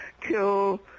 kill